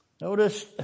Notice